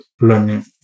learning